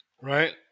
right